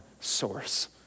source